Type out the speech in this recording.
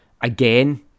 Again